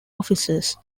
officers